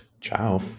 Ciao